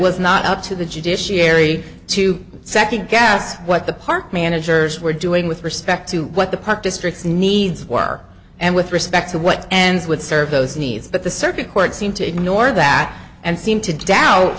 was not up to the judiciary to second guess what the park managers were doing with respect to what the park district's needs were and with respect to what ends would serve those needs but the circuit court seemed to ignore that and seemed to doubt